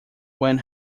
when